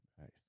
Nice